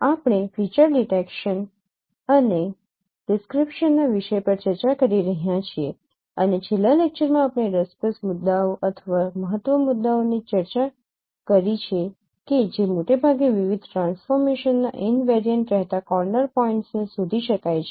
આપણે feature detection અને ડિસક્રીપશનના વિષય પર ચર્ચા કરી રહ્યા છીએ અને છેલ્લા લેક્ચર માં આપણે રસપ્રદ મુદ્દાઓ અથવા મહત્વ મુદ્દાઓની ચર્ચા કરી છે કે જે મોટે ભાગે વિવિધ ટ્રાન્સફોર્મેશનના ઈનવેરિયન્ટ રહેતા કોર્નર પોઇન્ટ્સ ને શોધી શકાય છે